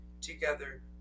together